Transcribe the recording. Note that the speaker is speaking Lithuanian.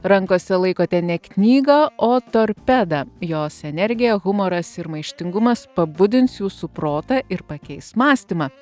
rankose laikote ne knygą o torpedą jos energija humoras ir maištingumas pabudins jūsų protą ir pakeis mąstymą